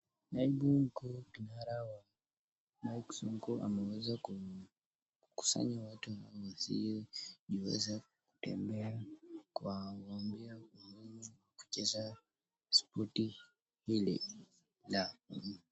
Naibu mkuu kinara wa Mike Sonko ameweza kukusanya watu ambao wasiojiweza kutembea kuwaambia umuhimu wa kucheza sporti hili la.